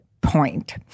point